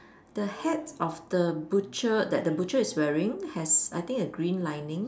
the hat of the butcher that the butcher is wearing has I think a green lining